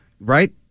Right